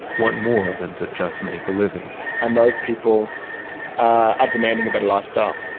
want more than to just make a living and those people are demanding a better lifestyle